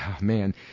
man